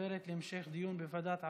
עוברת להמשך דיון בוועדת העבודה,